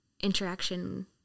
Interaction